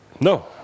no